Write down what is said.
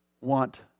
want